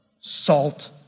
salt